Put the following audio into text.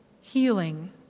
healing